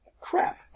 crap